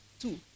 two